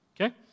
Okay